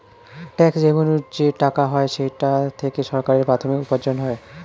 tax রেভেন্যুর যে টাকা হয় সেটা থেকে সরকারের প্রাথমিক উপার্জন হয়